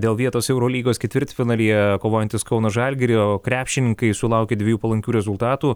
dėl vietos eurolygos ketvirtfinalyje kovojantys kauno žalgirio krepšininkai sulaukė dviejų palankių rezultatų